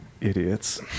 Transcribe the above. Idiots